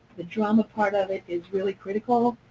the drama part of it is really critical.